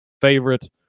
favorite